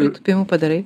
pritūpimų padarai